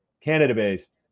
Canada-based